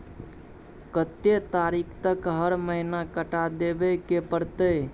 कत्ते तारीख तक हर महीना टका देबै के परतै?